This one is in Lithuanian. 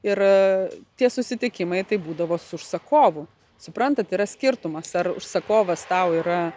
ir tie susitikimai tai būdavo su užsakovu suprantat yra skirtumas ar užsakovas tau yra